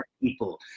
people